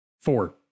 Four